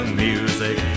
music